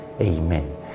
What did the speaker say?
Amen